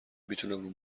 میتونم